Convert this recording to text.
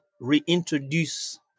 reintroduce